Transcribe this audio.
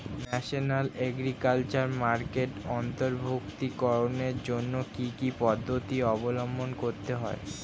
National agriculture মার্কেটে অন্তর্ভুক্তিকরণের জন্য কি কি পদ্ধতি অবলম্বন করতে হয়?